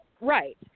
Right